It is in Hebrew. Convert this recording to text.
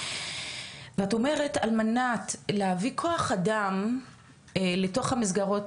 ואת אומרת על מנת להביא כוח אדם לתוך המסגרות